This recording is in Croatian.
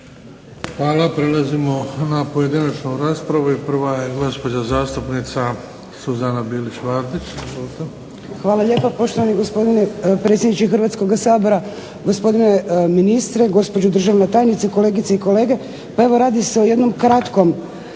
Hvala. Prelazimo na pojedinačnu raspravu. Prva je gospođa zastupnica Suzana Bilić Vardić. Izvolite. **Bilić Vardić, Suzana (HDZ)** Hvala lijepa, poštovani gospodine predsjedniče Hrvatskoga sabora. Gospodine ministre, gospođo državna tajnice, kolegice i kolege. Pa evo radi se o jednom kratkom zakonu